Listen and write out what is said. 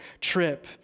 trip